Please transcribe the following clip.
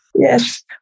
Yes